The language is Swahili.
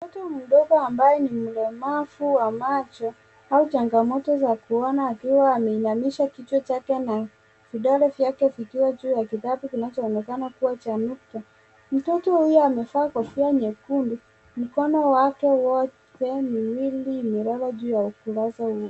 Mtoto mdogo ambaye ni mlemavu wa macho au changamoto za kuona akiwa ameinamisha kichwa chake na vidole vyake vikiwa juu ya kitabu kinachoonekana kuwa cha nukta. Mtu huyo amevaa kofia nyekundu mkono wake wote miwili imelala juu ya ukurasa huo.